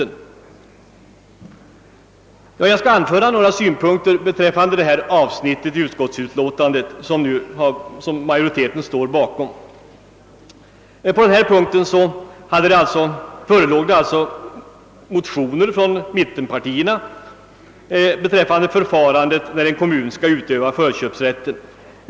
Jag skall också anföra några synpunkter på det avsnitt i utskottsutlåtandet som majoriteten alltså står bakom. På denna punkt förelåg motioner från mittenpartierna beträffande förfarandet när kommun skall utöva förköpsrätten.